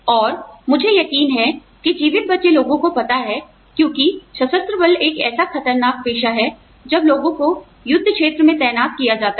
और मुझे यकीन है कि जीवित बचे लोगों को पता है क्योंकि सशस्त्र बल एक ऐसा खतरनाक पेशा है जब लोगों को युद्धक्षेत्र में तैनात किया जाता है